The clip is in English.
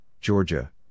Georgia